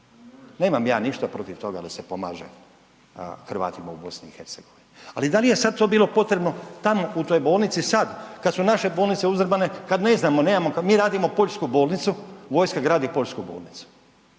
Nemam ja ništa protiv toga da se pomaže Hrvatima u BiH, ali da li je sada to bilo potrebno tamo u toj bolnici sad kada su naše bolnice uzdrmane kad ne znamo, mi radimo poljsku bolnicu, vojska gradi poljsku bolnicu